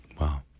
Wow